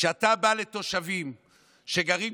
כשאתה בא לתושבים שגרים,